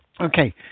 Okay